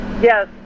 Yes